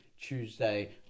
Tuesday